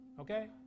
Okay